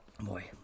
Boy